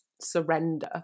surrender